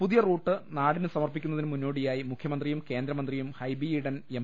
പുതിയ റൂട്ട് നാടിന് സമർപ്പിക്കുന്നതിന് മുന്നോടിയായി മുഖ്യ മന്ത്രിയും കേന്ദ്രമന്ത്രിയും ഹൈബി ഈഡൻ എം